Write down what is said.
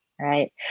right